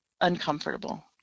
uncomfortable